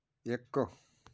ਇੱਕ